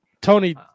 Tony